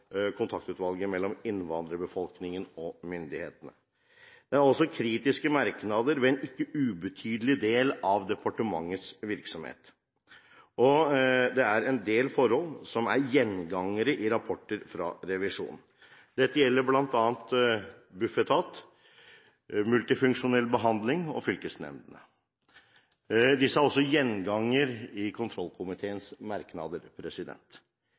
Kontaktutvalget mellom innvandrerbefolkningen og myndighetene. Det er også kritiske merknader ved en ikke ubetydelig del av departementets virksomhet, og det er en del forhold som er gjengangere i rapporter fra Riksrevisjonen. Dette gjelder bl.a. Bufetat, Multifunksjonell behandling og fylkesnemndene. Disse er også gjengangere i kontrollkomiteens merknader.